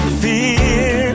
fear